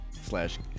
slash